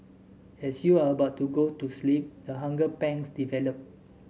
as you are about to go to sleep the hunger pangs develop